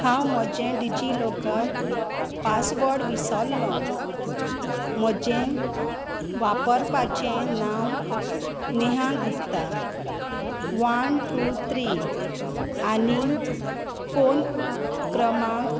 हांव म्होजें डिजिलॉकर पासवर्ड विसोल्लो म्हजें वापरपाचें नांव Neha Gupta one two three आनी फोन क्रमांक